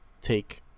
take